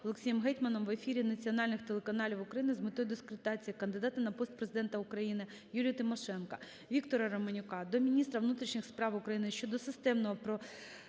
Олексієм Гетьманом в ефірі національних телеканалів України з метою дискредитації кандидата на пост Президента України Юлії Тимошенко. Віктора Романюка до міністра внутрішніх справ України щодо системного